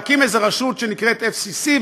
להקים איזושהי רשות שנקראת FCC,